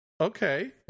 okay